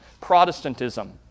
Protestantism